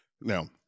Now-